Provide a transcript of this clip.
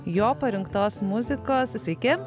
jo parinktos muzikos sveiki